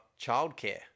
childcare